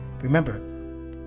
Remember